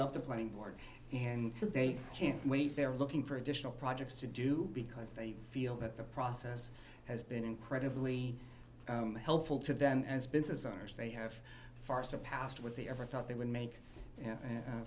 love the planning board and they can't wait they're looking for additional projects to do because they feel that the process has been incredibly helpful to them and has been since others they have far surpassed what the ever thought they would make